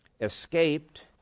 escaped